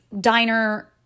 diner